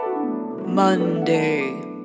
Monday